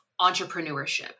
entrepreneurship